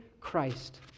Christ